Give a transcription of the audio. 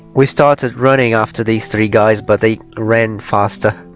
we started running after these three guys but they ran faster